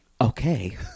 Okay